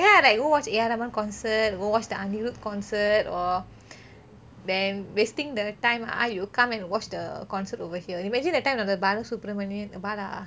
ya like go watch the A_R rahman concert go watch the anirudh concert or then wasting the time ah you come and watch the concert over here imagine that time the balasubramaniam